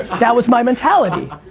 that was my mentality.